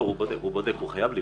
הוא בודק, הוא חייב לבדוק.